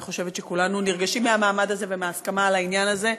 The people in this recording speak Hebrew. אני חושבת שכולנו נרגשים מהמעמד הזה ומההסכמה על העניין הזה.